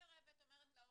אומרת להורים,